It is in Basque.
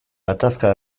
gatazka